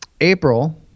April